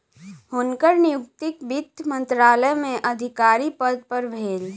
हुनकर नियुक्ति वित्त मंत्रालय में अधिकारी पद पर भेल